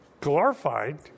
glorified